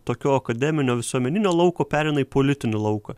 tokio akademinio visuomeninio lauko pereina į politinį lauką